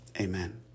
amen